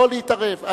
לא להתערב.